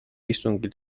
istungil